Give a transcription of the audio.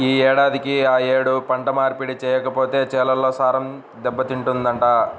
యే ఏడాదికి ఆ యేడు పంట మార్పిడి చెయ్యకపోతే చేలల్లో సారం దెబ్బతింటదంట